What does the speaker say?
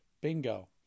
Bingo